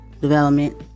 development